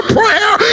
prayer